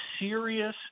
serious